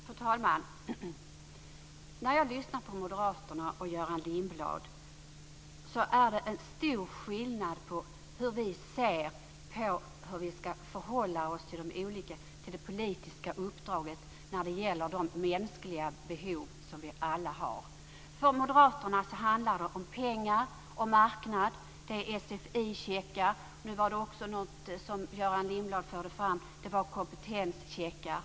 Fru talman! När jag lyssnar på moderaterna och Göran Lindblad är det en stor skillnad i fråga om hur vi ser detta med hur man ska förhålla sig till det politiska uppdraget när det gäller de mänskliga behov som vi alla har. För moderaterna handlar det om pengar, om marknad. Det är SFI-checkar, och nu förde Göran Lindblad också fram kompetenscheckar.